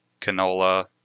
canola